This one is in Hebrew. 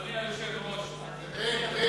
אדוני היושב-ראש, ע'ין.